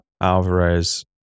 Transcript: Alvarez